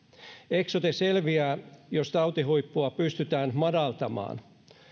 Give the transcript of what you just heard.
eksote selviää jos tautihuippua pystytään madaltamaan